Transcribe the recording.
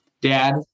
dad